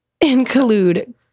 include